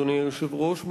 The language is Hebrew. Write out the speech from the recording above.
אדוני היושב-ראש,